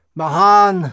mahan